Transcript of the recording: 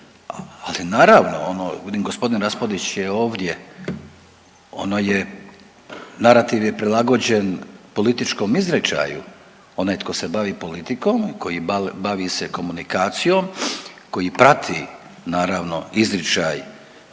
Ali naravno ono vidim g. Raspudić je ovdje, ono je, narativ je prilagođen političkom izričaju, onaj tko se bavi politikom i koji bavi se komunikacijom, koji prati naravno izričaj